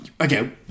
Okay